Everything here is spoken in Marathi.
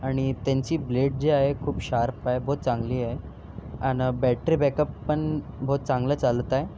आणि त्यांची ब्लेड जी आहे खूप शार्प आहे बहोत चांगली आहे आणि बॅटरी बॅकअप पण बहोत चांगलं चालत आहे